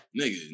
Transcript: nigga